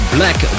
Black